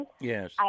Yes